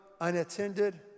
unattended